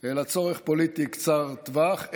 אלא צורך פוליטי קצר טווח,